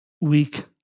weak